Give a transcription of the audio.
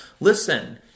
Listen